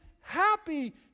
happy